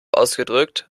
ausgedrückt